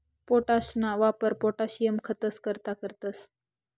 पोटाशना वापर पोटाशियम खतंस करता करतंस